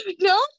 No